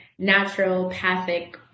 naturopathic